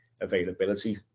availability